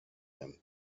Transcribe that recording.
him